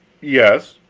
yes.